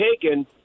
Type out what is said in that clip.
taken